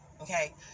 okay